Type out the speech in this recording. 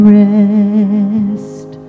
rest